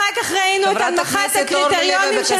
אחר כך ראינו את הנמכת הקריטריונים של